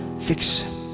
fix